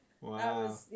Wow